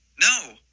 No